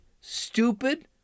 stupid